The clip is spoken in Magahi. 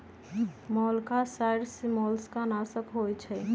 मोलॉक्साइड्स मोलस्का नाशक होइ छइ